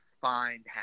find